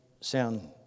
sound